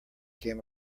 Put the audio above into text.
came